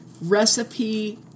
recipe